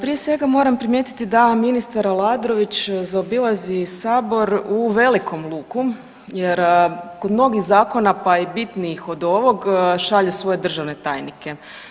Prije svega moram primijetiti da ministar Aladrović zaobilazi sabor u velikom luku jer kod mnogih zakona pa i bitnijih od ovog šalje svoje državne tajnike.